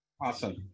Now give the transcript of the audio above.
Awesome